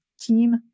Team